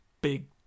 big